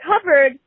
covered